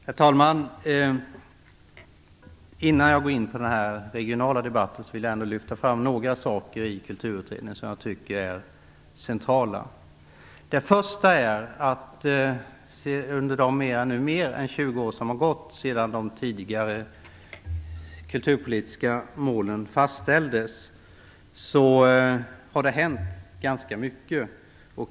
Herr talman! Innan jag går in i den regionala debatten vill jag ändå lyfta fram några saker i Kulturutredningen som jag tycker är centrala. Det första är att under de mer än 20 år som nu gått sedan de tidigare kulturpolitiska målen fastställdes har det hänt ganska mycket.